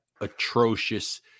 atrocious